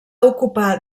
ocupar